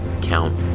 Count